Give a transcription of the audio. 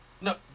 No